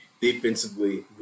defensively